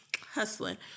hustling